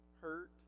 hurt